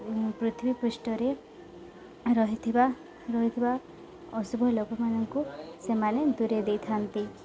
ପୃଥିବୀ ପୃଷ୍ଠରେ ରହିଥିବା ରହିଥିବା ଅଶୁଭ ଲୋକମାନଙ୍କୁ ସେମାନେ ଦୂରେଇ ଦେଇଥାନ୍ତି